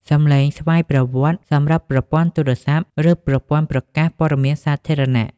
សំឡេងស្វ័យប្រវត្តិ សម្រាប់ប្រព័ន្ធទូរស័ព្ទ ឬប្រព័ន្ធប្រកាសព័ត៌មានសាធារណៈ។